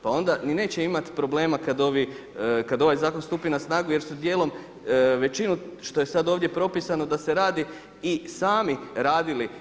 Pa onda ni neće imati problema kad ovi, kad ovaj zakon stupi na snagu jer su djelom većinu što je sad ovdje propisano da se radi i sami radili.